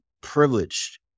privileged